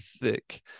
thick